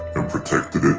are protecting,